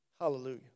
Hallelujah